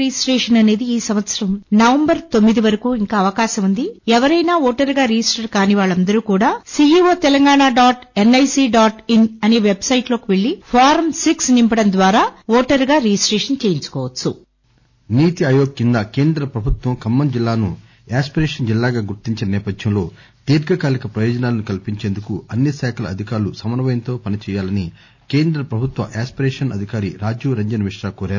byte సత్కవాణి ఎంఎస్ఎల్ Khammam NITI Aayog కింద కేంద్ర ప్రభుత్వం ఖమ్మం జిల్లాను యాస్పిరేషన్ జిల్లాగా గుర్తించిన నేపథ్యంలో దీర్ఘకాలిక ప్రయోజనాలను కల్పించేందుకు అన్ని శాఖల అధికారులు సమన్నయంతో పని చేయాలని కేంద్ర ప్రభుత్వ యాస్పిరేషన్ అధికారి రాజీవ్ రంజన్ మిత్రా కోరారు